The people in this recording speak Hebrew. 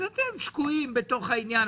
אבל אתם שקועים בתוך העניין,